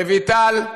רויטל,